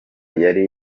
yari